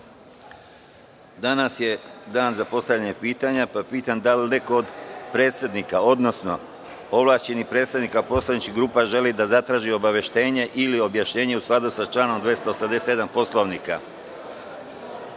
je dan za postavljanje poslaničkih pitanja, pa pitam da li neko od predsednika, odnosno ovlašćenih predstavnika poslaničkih grupa želi da zatraži obaveštenje ili objašnjenje u skladu sa članom 287. Poslovnika? Reč